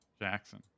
Jackson